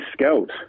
scout